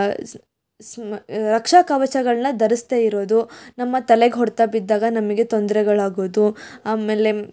ರಕ್ಷಾ ಕವಚಗಳನ್ನ ಧರಿಸದೇ ಇರೋದು ನಮ್ಮ ತಲೆಗೆ ಹೊಡ್ತಾ ಬಿದ್ದಾಗ ನಮಗೆ ತೊಂದ್ರೆಗಳು ಆಗೋದು ಆಮೇಲೆ